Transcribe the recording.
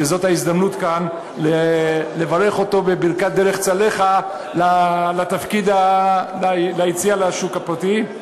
שזאת ההזדמנות כאן לברך אותו בברכת דרך צלחה עם היציאה לשוק הפרטי.